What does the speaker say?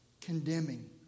condemning